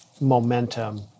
momentum